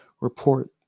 Report